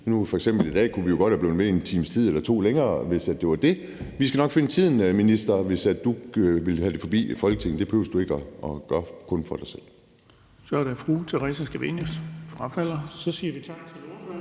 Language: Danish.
tiden. I dag kunne vi f.eks. godt være blevet ved i en times tid eller to længere, hvis det var det. Vi skal nok finde tiden, minister, hvis du vil have det forbi Folketinget. Det behøver du ikke at gøre kun for dig selv. Kl. 19:21 Den fg. formand (Erling Bonnesen): Så er det fru Theresa